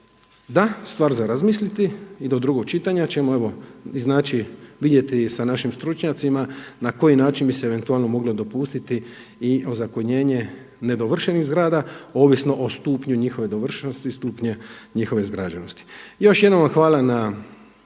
da, stvar za razmisliti i do drugog čitanja čemu evo i znači vidjeti i sa našim stručnjacima na koji način bi se eventualno moglo i dopustiti i ozakonjenje nedovršenih zgrada ovisno o stupnju njihove dovršenosti i stupnju njihove izgrađenosti. Još jednom vam hvala na